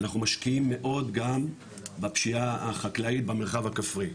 אנחנו משקיעים מאוד גם בפשיעה החקלאית במרחב הכפרי,